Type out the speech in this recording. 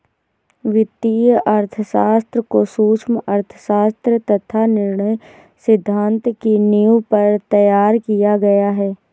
वित्तीय अर्थशास्त्र को सूक्ष्म अर्थशास्त्र तथा निर्णय सिद्धांत की नींव पर तैयार किया गया है